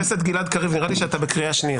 חבר הכנסת גלעד קריב, נראה לי שאתה בקריאה שנייה.